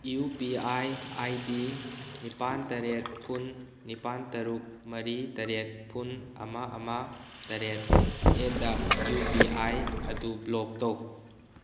U P I I D ꯅꯤꯄꯥꯜ ꯇꯔꯦꯠ ꯐꯨꯟ ꯅꯤꯄꯥꯜ ꯇꯔꯨꯛ ꯃꯔꯤ ꯇꯔꯦꯠ ꯐꯨꯟ ꯑꯃ ꯑꯃ ꯇꯔꯦꯠ ꯑꯦꯠ ꯗ ꯌꯨ ꯄꯤ ꯑꯥꯏ ꯑꯗꯨ ꯕ꯭ꯂꯣꯛ ꯇꯧ